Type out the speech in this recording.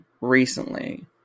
recently